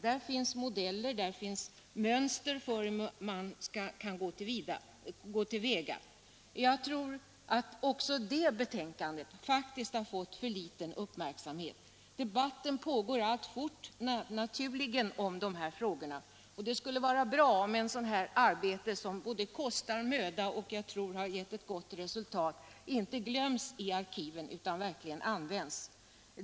Där finns modeller och mönster för hur man skall gå till väga. Jag tror att också det betänkandet faktiskt har fått för litet uppmärksamhet. Debatten pågår naturligen alltfort om de här frågorna. Och det skulle vara bra om ett sådant här arbete som både kostat möda och jag tror gett gott resultat inte glöms bort i arkiven utan verkligen används.